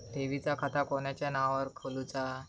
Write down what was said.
ठेवीचा खाता कोणाच्या नावार खोलूचा?